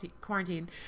quarantine